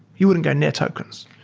you wouldn't go near tokens.